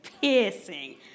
piercing